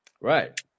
Right